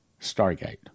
Stargate